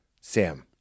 Sam